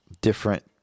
different